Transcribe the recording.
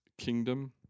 kingdom